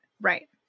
right